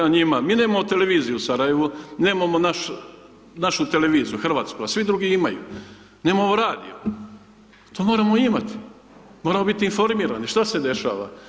Mi nemamo televiziju u Sarajevu, nemamo našu televiziju hrvatsku, a svi drugi imaju, nemamo radio, to moramo imati, moramo biti informirani što se dešava.